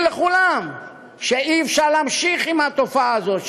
לכולם שאי-אפשר להמשיך עם התופעה הזאת,